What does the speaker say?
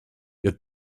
your